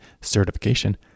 certification